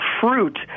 fruit